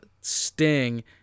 sting